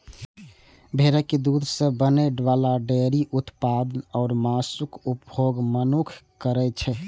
भेड़क दूध सं बनै बला डेयरी उत्पाद आ मासुक उपभोग मनुक्ख करै छै